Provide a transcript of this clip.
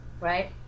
Right